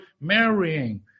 marrying